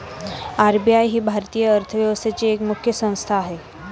RBI ही भारतीय अर्थव्यवस्थेची एक मुख्य संस्था आहे